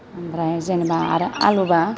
ओमफ्राय जेनेबा आरो आलुबा